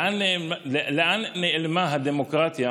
לאן נעלמה הדמוקרטיה